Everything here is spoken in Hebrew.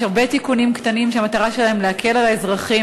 יש הרבה תיקונים קטנים שהמטרה שלהם להקל על האזרחים